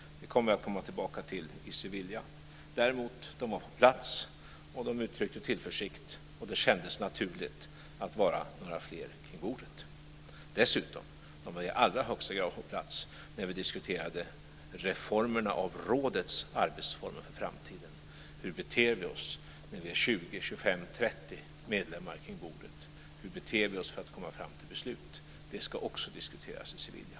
Vi kommer tillbaka till det i Sevilla. Däremot var de på plats, och de uttryckte tillförsikt. Det kändes naturligt att vara några fler kring bordet. Dessutom var de i allra högsta grad på plats när vi diskuterade reformerna av rådets arbetsformer i framtiden, hur vi beter oss när vi är 20, 25, 30 medlemmar kring bordet för att komma fram till beslut. Det ska också diskuteras i Sevilla.